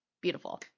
beautiful